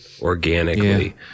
organically